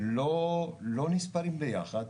לא נספרים ביחד,